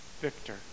victor